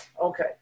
okay